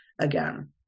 again